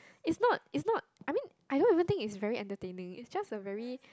it's not it's not I mean I don't even think it's very entertaining it's just a very